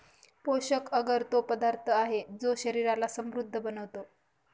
पोषक अगर तो पदार्थ आहे, जो शरीराला समृद्ध बनवतो